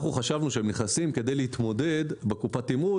אנחנו חשבנו שהם נכנסים כדי להתמודד כדי